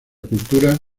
cultura